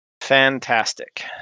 Fantastic